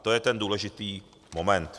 To je ten důležitý moment.